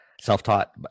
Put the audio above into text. Self-taught